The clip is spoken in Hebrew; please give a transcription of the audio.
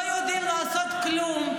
לא יודעים לעשות כלום.